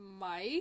Mike